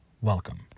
Welcome